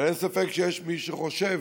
אבל אין ספק שיש מי שחושב,